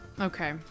okay